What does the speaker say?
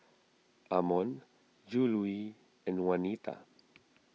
Amon Juluis and Juanita